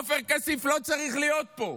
עופר כסיף לא צריך להיות פה,